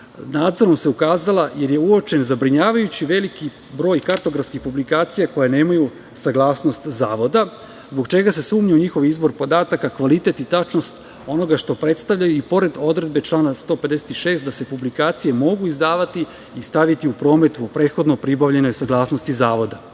nadzorom se ukazala, ili je uočen zabrinjavajuće veliki broj kartografskih publikacija koje nemaju saglasnost zavoda, zbog čega se sumnja u njihov izbor podataka, kvalitet i tačnost onoga što predstavljaju, i pored odredbe člana 156. - da se publikacije mogu izdavati i staviti u promet po prethodno pribavljenoj saglasnosti zavoda. Na